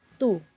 two